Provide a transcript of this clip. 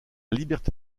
liberté